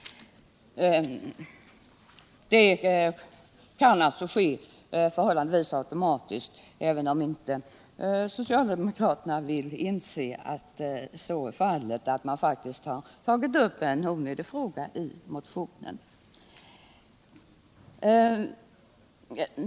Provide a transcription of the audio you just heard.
Det kan ske förhållandevis automatiskt, även om socialdemokraterna inte vill inse att så är fallet. De har faktiskt tagit upp en onödig fråga i motionen.